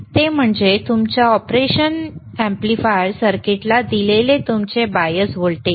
ते म्हणजे तुमच्या ऑपरेशनल अॅम्प्लीफायर सर्किटला दिलेले तुमचे बायस व्होल्टेज